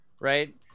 right